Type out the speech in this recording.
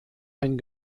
ein